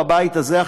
בבית הזה,